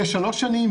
יש שלוש שנים,